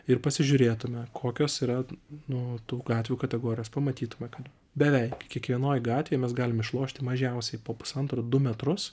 ir pasižiūrėtume kokios yra nu tų gatvių kategorijos pamatytume kad beveik kiekvienoj gatvėj mes galim išlošti mažiausiai po pusantro du metrus